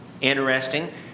interesting